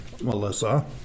Melissa